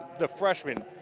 the freshmen,